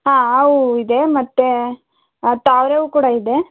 ಹಾಂ ಆ ಹೂವು ಇದೆ ಮತ್ತು ತಾವರೆ ಹೂವು ಕೂಡ ಇದೆ